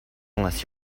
unless